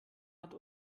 hat